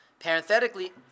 Parenthetically